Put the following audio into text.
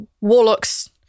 warlocks